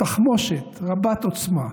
תחמושת רבת עוצמה,